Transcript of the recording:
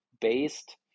based